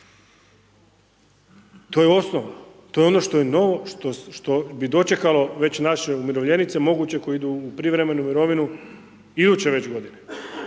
To je osnova, to je ono što je ono, što bi dočekalo već naše umirovljenice moguće koje idu u prijevremenu mirovinu iduće već godine.